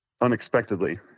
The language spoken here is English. unexpectedly